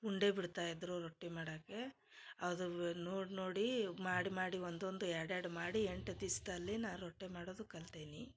ಉಂಡೆ ಬಿಡ್ತಾಯಿದ್ದರು ರೊಟ್ಟಿ ಮಾಡಾಕೆ ಅದುವೆ ನೋಡು ನೋಡೀ ಮಾಡಿ ಮಾಡಿ ಒಂದೊಂದು ಎರಡೆರಡು ಮಾಡಿ ಎಂಟು ದಿವಸದಲ್ಲಿ ನಾ ರೊಟ್ಟಿ ಮಾಡೋದು ಕಲ್ತೇನಿ